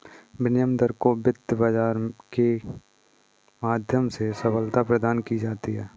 विनिमय दर को वित्त बाजार के माध्यम से सबलता प्रदान की जाती है